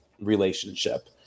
relationship